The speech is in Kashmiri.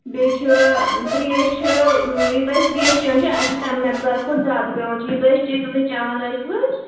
بییٚہِ چھُ ترٛیش چھِ یوٗتاہ أسۍ ترٛیش چیٚوان چھُ اسہِ چھُ تمہِ میٚقدار کھۄتہٕ زیادٕ پیٚوان یوٗتاہ أسۍ چیٚے تیٛوٗتاہ چیٚوان ٲسوٕ